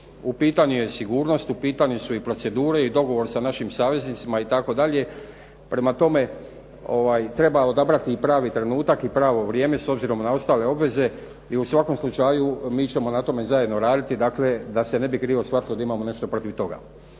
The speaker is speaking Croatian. U pitanju je sigurnost, u pitanju su i procedure i dogovor sa našim saveznicima itd. Prema tome, treba odabrati i pravi trenutak i pravo vrijeme s obzirom na ostale obveze i u svakom slučaju mi ćemo na tome zajedno raditi. Dakle, da se ne bi krivo shvatilo da imamo nešto protiv toga.